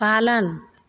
पालन